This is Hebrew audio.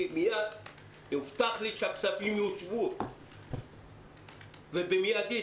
הובטח לי שהכספים יושבו באופן מידי,